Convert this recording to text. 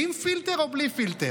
עם פילטר או בלי פילטר?